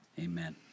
Amen